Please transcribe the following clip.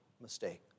mistake